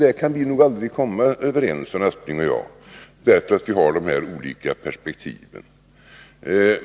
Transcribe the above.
Där kan vi nog aldrig komma överens, Sven Aspling och jag, eftersom vi har de här olika perspektiven.